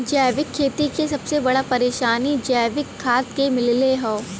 जैविक खेती के सबसे बड़ा परेशानी जैविक खाद के मिलले हौ